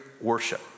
worship